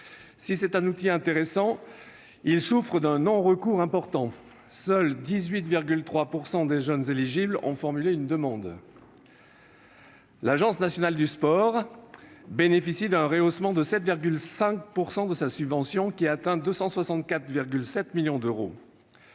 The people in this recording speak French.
Si c'est un outil intéressant, il souffre d'un non-recours important : seuls 18,3 % des jeunes éligibles ont formulé une demande. L'Agence nationale du sport (ANS) bénéficie d'un rehaussement de 7,5 % de sa subvention, qui atteint 264,7 millions d'euros.